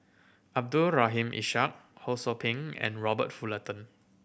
Abdul Rahim Ishak Ho Sou Ping and Robert Fullerton